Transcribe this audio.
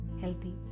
healthy